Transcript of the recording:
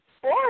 four